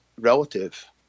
relative